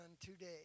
Today